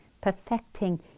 perfecting